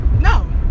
No